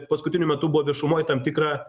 paskutiniu metu buvo viešumoj tam tikra